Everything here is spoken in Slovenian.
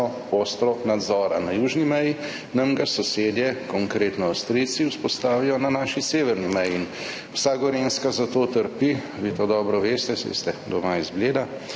ostro nadzora na južni meji, nam ga sosedje, konkretno Avstrijci, vzpostavijo na naši severni meji. Vsa Gorenjska zato trpi, vi to dobro veste, saj ste doma z Bleda.